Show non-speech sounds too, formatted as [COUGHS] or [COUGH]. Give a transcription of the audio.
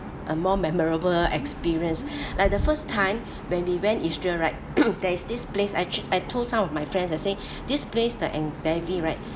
a more memorable experience like the first time when we went israel right [COUGHS] there's this place I I told some of my friends I say this place the right